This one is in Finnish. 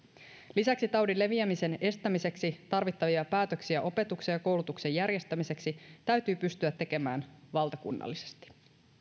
lisäksi taudin leviämisen estämiseksi tarvittavia päätöksiä opetuksen ja koulutuksen järjestämiseksi täytyy pystyä tekemään valtakunnallisesti